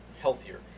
healthier